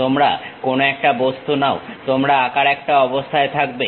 তোমরা কোনো একটা বস্তু নাও তোমরা আঁকার একটা অবস্থায় থাকবে